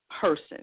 person